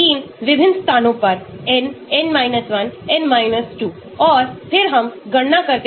मान भिन्न गुणों के लिए सहसंबद्ध नहीं होना चाहिए जिसका अर्थ है कि उन्हें मूल्य में ऑर्थोगोनल होना चाहिए